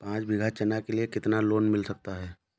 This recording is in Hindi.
पाँच बीघा चना के लिए कितना लोन मिल सकता है?